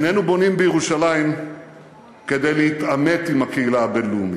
איננו בונים בירושלים כדי להתעמת עם הקהילה הבין-לאומית,